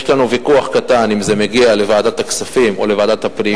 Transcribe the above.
יש לנו ויכוח קטן אם זה מגיע לוועדת הכספים או לוועדת הפנים.